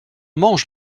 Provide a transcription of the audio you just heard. mange